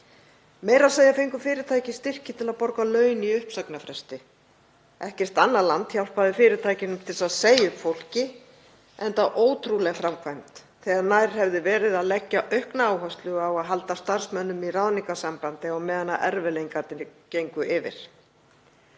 meira að segja fengu fyrirtæki styrki til að borga laun í uppsagnarfresti. Ekkert annað land hjálpaði fyrirtækjum að segja upp fólki, enda ótrúleg framkvæmd þegar nær hefði verið að leggja aukna áherslu á að halda starfsmönnum í ráðningarsambandi á meðan erfiðleikarnir gengu yfir.